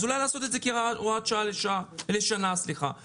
אז אולי לעשות את זה כהוראת שעה לשנה אחת.